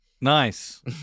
Nice